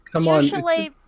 usually